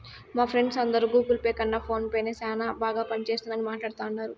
మా ఫ్రెండ్స్ అందరు Google Pay కన్న ఫోన్ పే నే సేనా బాగా పనిచేస్తుండాదని మాట్లాడతాండారు